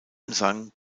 gesang